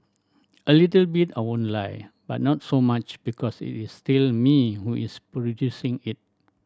a little bit I won't lie but not so much because it is still me who is producing it